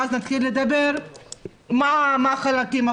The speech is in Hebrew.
ואז נתחיל לדבר מה החלקים.